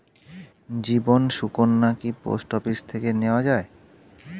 জীবন সুকন্যা কি post office থেকে নেওয়া যায়?